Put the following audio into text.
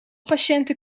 patiënten